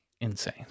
insane